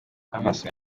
n’amaso